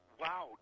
wow